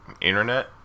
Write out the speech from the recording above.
internet